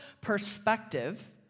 perspective